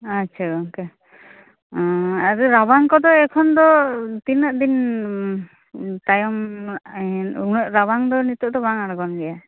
ᱟᱪᱪᱷᱟ ᱜᱚᱝᱠᱮ ᱚᱸ ᱟᱫᱚ ᱨᱟᱵᱟᱝ ᱠᱚᱫᱚ ᱮᱠᱷᱚᱱ ᱫᱚ ᱛᱤᱱᱟ ᱜ ᱫᱤᱱ ᱛᱟᱭᱚᱢ ᱮᱸ ᱩᱱᱟ ᱜ ᱨᱟᱵᱟᱝ ᱫᱚ ᱱᱤᱛᱳᱜ ᱫᱚ ᱵᱟᱝ ᱟᱸᱲᱜᱚᱱ ᱜᱮᱭᱟ